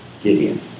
Gideon